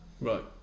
right